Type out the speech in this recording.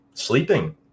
sleeping